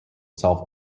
solve